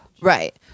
Right